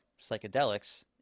psychedelics